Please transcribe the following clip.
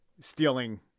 stealing